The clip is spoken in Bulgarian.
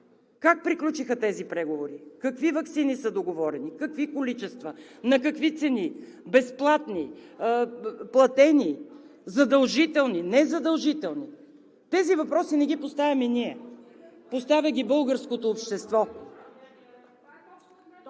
как приключиха тези преговори, какви ваксини са договорени, какви количества, на какви цени – безплатни, платени, задължителни, незадължителни. Тези въпроси не ги поставяме ние – поставя ги българското общество.